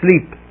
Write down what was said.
sleep